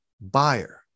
buyer